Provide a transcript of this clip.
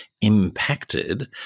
impacted